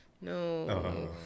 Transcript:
No